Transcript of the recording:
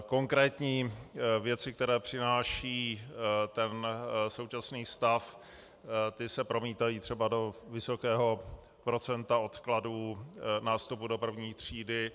Konkrétní věci, které přináší současný stav, se promítají třeba do vysokého procenta odkladů nástupu do první třídy.